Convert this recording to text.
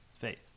faith